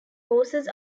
horses